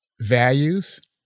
values